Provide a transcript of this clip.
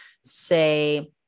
say